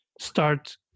start